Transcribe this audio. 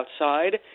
outside